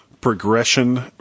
progression